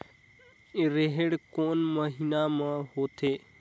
रेहेण कोन महीना म होथे?